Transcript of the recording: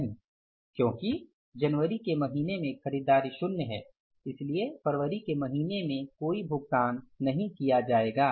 नहीं क्योंकि जनवरी के महीने में खरीदारी शून्य है इसलिए फरवरी के महीने में कोई भुगतान नहीं किया जाएगा